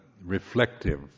reflective